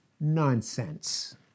Nonsense